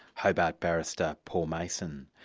hobart barrister, paul mason.